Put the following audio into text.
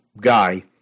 guy